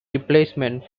replacement